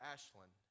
Ashlyn